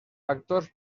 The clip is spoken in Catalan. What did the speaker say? factors